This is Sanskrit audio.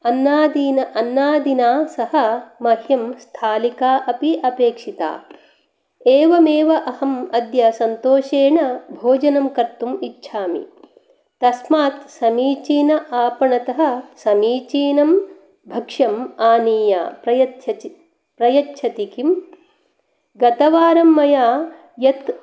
अन्नादीन अन्नादिना सह मह्यं स्थालिका अपि अपेक्षिता एवमेव अहम् अद्य सन्तोषेण भोजनं कर्तुम् इच्छामि तस्मात् समीचीन आपणतः समीचीनम् भक्ष्यम् आनीय प्रयच्छचि प्रयच्छति किम् गतवारं मया यत्